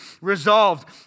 resolved